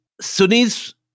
Sunnis